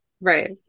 Right